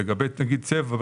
לגבי צבע,